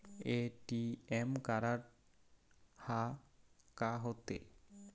ATM card हा का होते?